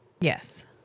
Yes